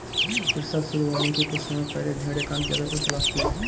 प्रसव शुरू होने के कुछ समय पहले भेड़ एकांत जगह को तलाशती है